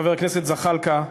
חבר הכנסת זחאלקה,